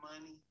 money